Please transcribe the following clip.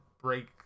break